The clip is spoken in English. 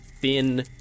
thin